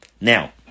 Now